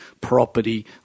Property